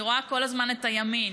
אני רואה כל הזמן את הימין.